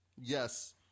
Yes